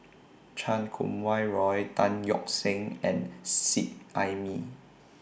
Chan Kum Wah Roy Tan Yeok Seong and Seet Ai Mee